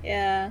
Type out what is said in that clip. ya